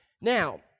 Now